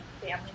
family